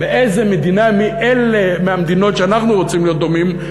באיזה מדינה מהמדינות שאנחנו רוצים להיות דומים להן,